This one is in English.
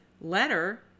letter